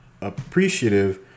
appreciative